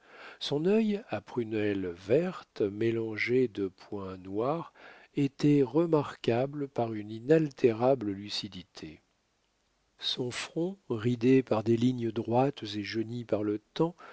son œil à prunelle verte mélangée de points noirs était remarquable par une inaltérable lucidité son front ridé par des lignes droites et jauni par le temps